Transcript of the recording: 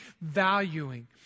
valuing